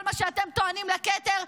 כל מה שאתם טוענים לכתר,